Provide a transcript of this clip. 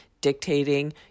dictating